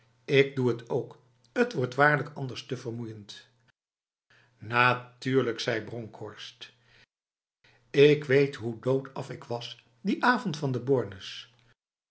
ik doe het ook het wordt waarlijk anders te vermoeiend natuurlijk zei bronkhorst ik weet hoe doodaf ik was die avond van de bornes